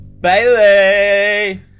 Bailey